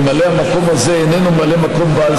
שממלא המקום הזה איננו ממלא מקום בעל